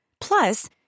Plus